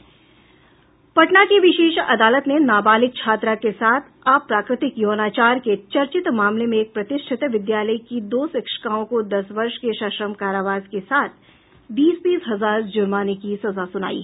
पटना की विशेष अदालत ने नाबालिक छात्रा के साथ अप्राकृतिक यौनाचार के चर्चित मामले में एक प्रतिष्ठित विद्यालय के दो शिक्षिकाओं को दस वर्ष के सश्रम कारावास के साथ बीस बीस हजार जुर्माने की सजा सुनायी